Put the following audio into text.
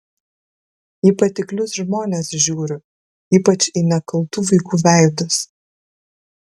į patiklius žmones žiūriu ypač į nekaltų vaikų veidus